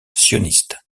sioniste